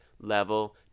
level